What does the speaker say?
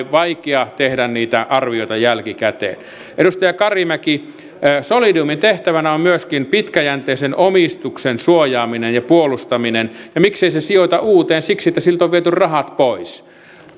vaikea tehdä niitä arvioita jälkikäteen edustaja karimäki solidiumin tehtävänä on myöskin pitkäjänteisen omistuksen suojaaminen ja puolustaminen miksei se sijoita uuteen siksi että siltä on viety rahat pois